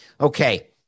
Okay